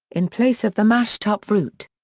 in place of the mashed-up fruit.